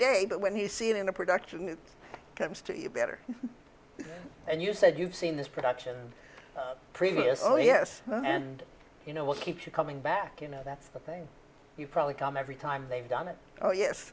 day but when you see it in a production it comes to you better and you said you've seen this production previous oh yes and you know what keeps you coming back you know that's the thing you probably come every time they've done it oh yes